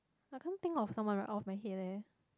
I can't think of someone right off my head eh